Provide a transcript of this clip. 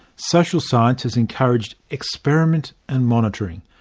social science has encouraged experiment and monitoring.